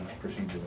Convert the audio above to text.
procedures